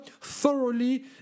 thoroughly